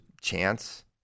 Chance